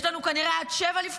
יש לנו כנראה עד 07:00?